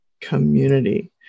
community